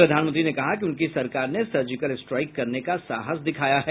प्रधानमंत्री ने कहा कि उनकी सरकार ने सर्जिकल स्ट्राइक करने का साहस दिखाया है